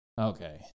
Okay